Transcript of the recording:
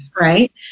Right